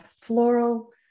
floral